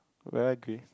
yeah I agree